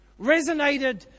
resonated